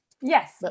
Yes